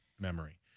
memory